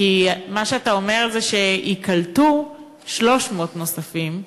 כי מה שאתה אומר זה שייקלטו 300 נוספים,